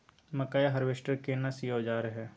मकई हारवेस्टर केना सी औजार हय?